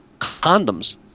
condoms